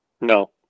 No